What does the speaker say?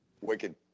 wicked